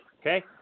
Okay